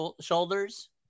shoulders